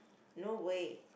no way